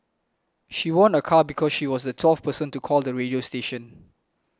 she won a car because she was the twelfth person to call the radio station